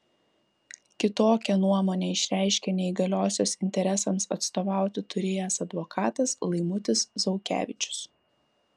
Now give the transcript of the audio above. kitokią nuomonę išreiškė neįgaliosios interesams atstovauti turėjęs advokatas laimutis zaukevičius